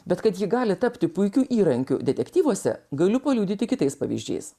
bet kad ji gali tapti puikiu įrankiu detektyvuose galiu paliudyti kitais pavyzdžiais